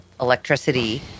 electricity